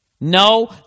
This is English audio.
No